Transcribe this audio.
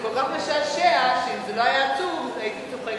זה כל כך משעשע, שאם זה לא היה עצוב הייתי צוחקת.